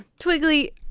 Twiggly